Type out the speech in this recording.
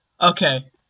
Okay